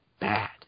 bad